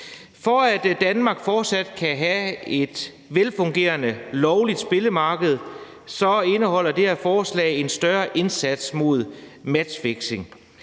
For at Danmark fortsat kan have et velfungerende lovligt spilmarked, indeholder det her lovforslag en større indsats mod matchfixing.